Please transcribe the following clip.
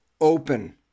open